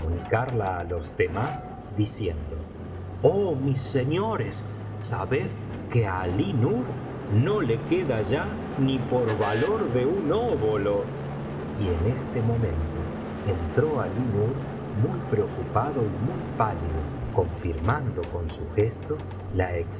á los demás diciendo oh rais señores sabed que á alí nur no le queda ya ni por valor de un óbolo y en este momento entró alínur muy preocupado y muy pálido confirmando con su gesto la exactitud